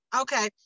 Okay